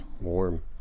Warm